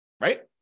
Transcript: Right